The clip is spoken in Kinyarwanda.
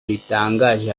ritangaje